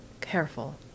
careful